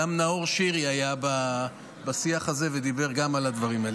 גם נאור שירי היה בשיח הזה ודיבר גם על הדברים האלה.